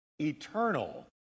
eternal